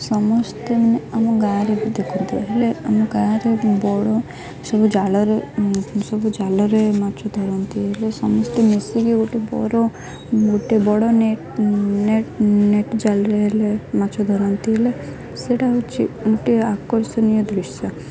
ସମସ୍ତେ ମାନେ ଆମ ଗାଁରେ ବି ଦେଖନ୍ତୁ ହେଲେ ଆମ ଗାଁରେ ବଡ଼ ସବୁ ଜାଲରେ ସବୁ ଜାଲ ରେ ମାଛ ଧରନ୍ତି ହେଲେ ସମସ୍ତେ ମିଶିକି ଗୋଟେ ବଡ଼ ଗୋଟେ ବଡ଼ ନେଟ୍ ନେଟ୍ ନେଟ୍ ଜାଲରେ ହେଲେ ମାଛ ଧରନ୍ତି ହେଲେ ସେଇଟା ହେଉଛି ଗୋଟଏ ଆକର୍ଷଣୀୟ ଦୃଶ୍ୟ